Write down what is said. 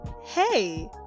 hey